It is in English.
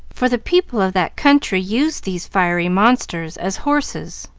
for the people of that country used these fiery monsters as horses.